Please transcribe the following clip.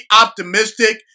optimistic